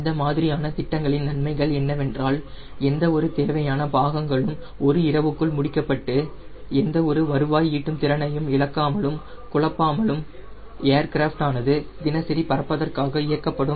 இந்த மாதிரியான திட்டங்களின் நன்மைகள் என்னவென்றால் எந்த ஒரு தேவையான பாகங்களும் ஒரு இரவுக்குள் முடிக்கப்பட்டு எந்த ஒரு வருவாய் ஈட்டும் திறனையும் இழக்காமலும் குழப்பாமளலும் ஏர்கிராஃப்ட் ஆனது தினசரி பறப்பதற்காக இயக்கப்படும்